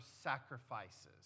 sacrifices